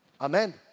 Amen